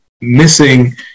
missing